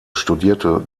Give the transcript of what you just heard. studierte